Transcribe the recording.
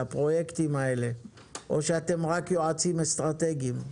לפרויקטים האלה או שאתם רק יועצים אסטרטגיים?